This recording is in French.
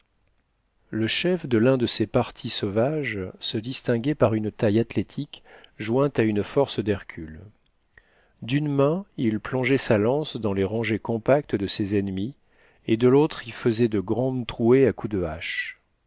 le chef de l'un de ces partis sauvages se distinguait par une taille athlétique jointe à une force d'hercule d'une main il plongeait sa lance dans les rangées compactes de ses ennemis et de l'autre y faisait de grandes trouées à coups de hache